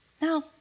Now